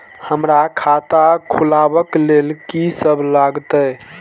हमरा खाता खुलाबक लेल की सब लागतै?